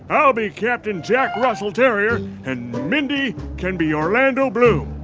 i'll be captain jack russell terrier. and mindy can be orlando bloom